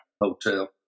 hotel